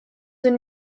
and